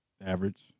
Average